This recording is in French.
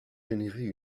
générer